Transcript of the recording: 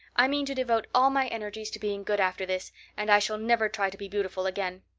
i mean to devote all my energies to being good after this and i shall never try to be beautiful again.